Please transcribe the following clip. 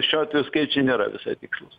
šiuo atveju skaičiai nėra visai tikslūs